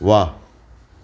વાહ